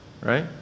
right